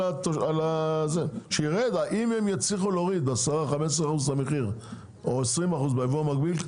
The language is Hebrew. אם הם יצליחו להוריד ב-10%,ב-15% או ב-20% בייבוא המקביל,